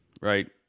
right